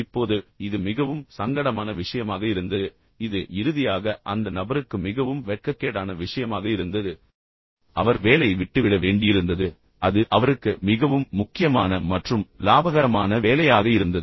இப்போது இது மிகவும் சங்கடமான விஷயமாக இருந்தது இது இறுதியாக அந்த நபருக்கு மிகவும் வெட்கக்கேடான விஷயமாக இருந்தது அவர் வேலையை விட்டுவிட வேண்டியிருந்தது மேலும் அது அவருக்கு மிகவும் முக்கியமான மற்றும் லாபகரமான வேலையாக இருந்தது